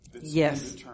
Yes